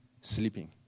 sleeping